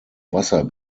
wasser